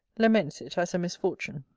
laments it as a misfortune.